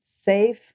safe